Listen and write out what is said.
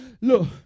Look